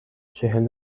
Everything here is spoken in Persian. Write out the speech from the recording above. چهل